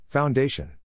Foundation